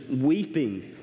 weeping